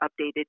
updated